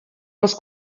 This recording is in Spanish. los